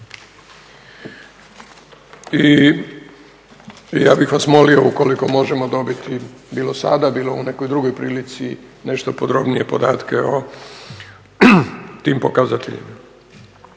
Ja bih vas molio ukoliko možemo dobiti, bilo sada, bilo u nekoj drugoj prilici, nešto podrobnije podatke o tim pokazateljima.